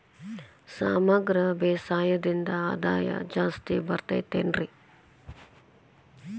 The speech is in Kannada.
ಸಮಗ್ರ ಬೇಸಾಯದಿಂದ ಆದಾಯ ಜಾಸ್ತಿ ಬರತೈತೇನ್ರಿ?